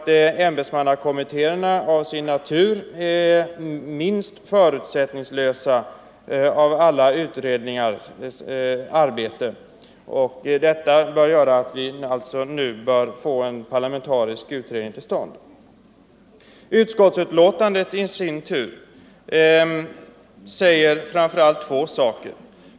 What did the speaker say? Jag menar att ämbetsmannakommittéerna till sin natur är minst förutsättningslösa av alla utredningar i sitt arbete, och därför bör vi nu få en parlamentarisk utredning till stånd. Utskottet i sin tur säger i betänkandet framför allt två saker.